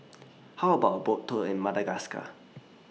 How about A Boat Tour in Madagascar